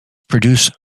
produce